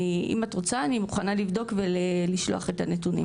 אם את רוצה אני מוכנה לבדוק ולשלוח את הנתונים.